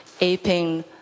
aping